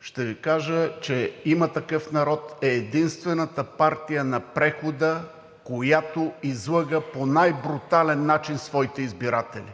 ще Ви кажа че „Има такъв народ“ е единствената партия на прехода, която излъга по най-брутален начин своите избиратели.